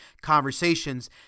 conversations